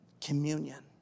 communion